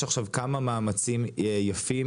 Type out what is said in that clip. יש עכשיו כמה מאמצים יפים,